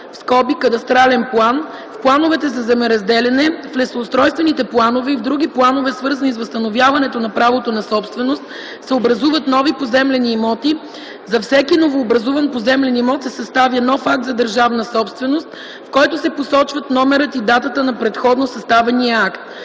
карта (кадастрален план), в плановете за земеразделяне, в лесоустройствените планове и в други планове, свързани с възстановяването на правото на собственост, се образуват нови поземлени имоти, за всеки новообразуван поземлен имот се съставя нов акт за общинска собственост, в който се посочват номерът и датата на предходно съставения акт.